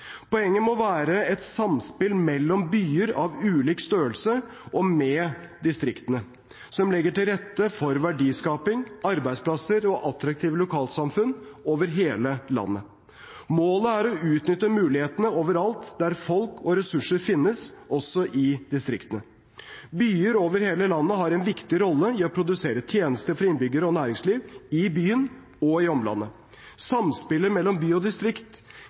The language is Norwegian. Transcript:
Poenget må være et samspill mellom byer av ulik størrelse og med distriktene, som legger til rette for verdiskaping, arbeidsplasser og attraktive lokalsamfunn over hele landet. Målet er å utnytte mulighetene overalt der folk og ressurser finnes, også i distriktene. Byer over hele landet har en viktig rolle i å produsere tjenester for innbyggere og næringsliv, i byen og i omlandet. Samspillet mellom by og distrikt